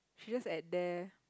she's just at there